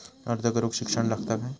अर्ज करूक शिक्षण लागता काय?